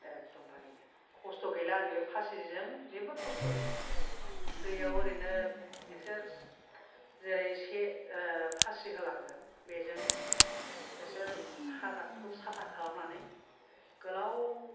एखदम बारैनो खस्थ' गैला फासि जेजों जेबो खस्थ' गैया दैआव ओरैनो एसे जेरै से फासि होलांगोन बेजों एसे हाग्रा फोरखौ साफा खालामनानै गोलाव